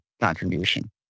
contribution